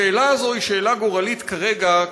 השאלה הזאת היא שאלה גורלית כרגע,